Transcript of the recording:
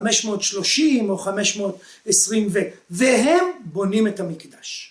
‫530 או 520, והם בונים את המקדש.